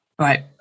Right